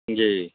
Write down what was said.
जी